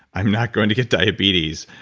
i'm not going to get diabetes,